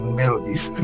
melodies